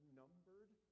numbered